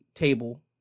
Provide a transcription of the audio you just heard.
table